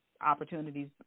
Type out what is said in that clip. opportunities